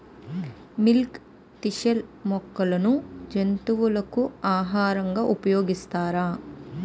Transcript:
Milk thistle మొక్కను జంతువులకు ఆహారంగా ఉపయోగిస్తారా?